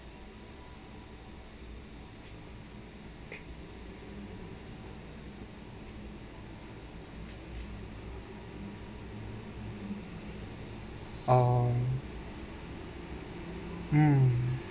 um mm